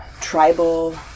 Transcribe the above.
tribal